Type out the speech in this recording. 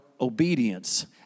obedience